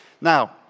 Now